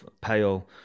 pale